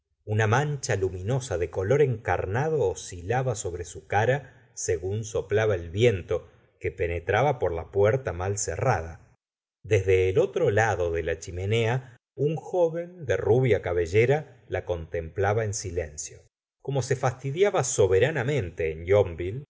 una mancha luminosa de color encarnado oscilaba sobre su cara según soplaba el viento que penetraba por la puerta mal cerrada desde el otro lado de la chimenea un joven de rubia cabellera la contemplaba en silencio como se fastidiaba soberanamente